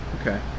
Okay